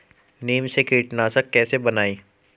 नीम से कीटनाशक कैसे बनाएं?